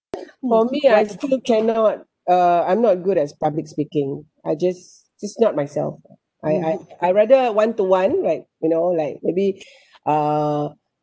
for me I still cannot uh I'm not good at s~ public speaking I just just not myself ah I I I rather one to one like you know like maybe uh